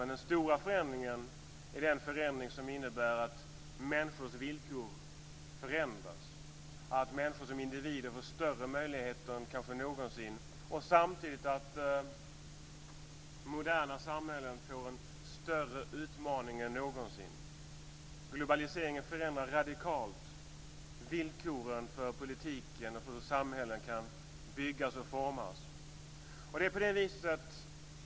Men den stora förändringen är den förändring som innebär att människors villkor förändras, att människor som individer får större möjligheter än kanske någonsin och samtidigt att moderna samhällen får en större utmaning än någonsin. Globaliseringen förändrar radikalt villkoren för politiken och för hur samhällen kan byggas och formas. Fru talman!